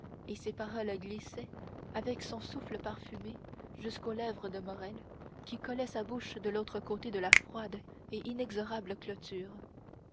et ses paroles glissaient avec son souffle parfumé jusqu'aux lèvres de morrel qui collait sa bouche de l'autre côté de la froide et inexorable clôture